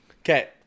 Okay